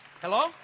Hello